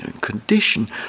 condition